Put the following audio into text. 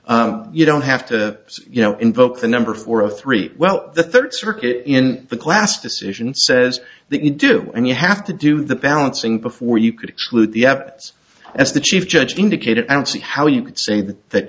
that you don't have to you know invoke the number for a three well the third circuit in the class decision says that you do and you have to do the balancing before you exclude the epts as the chief judge indicated i don't see how you could say that